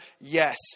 Yes